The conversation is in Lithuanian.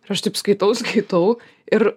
ir aš taip skaitau skaitau ir